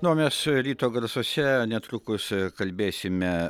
na o mes ryto garsuose netrukus kalbėsime